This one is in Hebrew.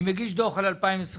אני מגיש דוח על 2022,